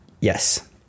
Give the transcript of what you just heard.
Yes